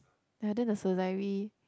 ya then the the Sezairi